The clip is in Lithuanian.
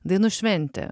dainų šventė